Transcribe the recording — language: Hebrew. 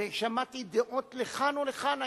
שמעתי דעות לכאן ולכאן היום,